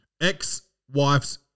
Ex-wife's